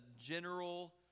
general